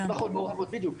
נכון, מעורבות, בדיוק.